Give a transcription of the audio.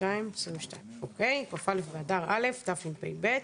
כ"א באדר א' תשפ"ב.